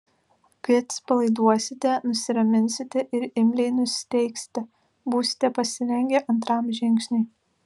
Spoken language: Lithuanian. kai atsipalaiduosite nusiraminsite ir imliai nusiteiksite būsite pasirengę antram žingsniui